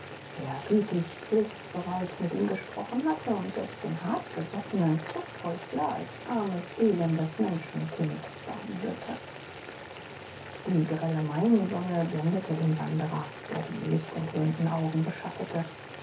der gütig hilfbereit mit ihm gesprochen hatte und selbst den hartgesottenen zuchthäusler als armes elendes menschenkind behandelte die grelle maiensonne blendete den wanderer der die lichtentwöhnten augen beschattete